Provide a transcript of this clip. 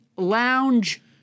lounge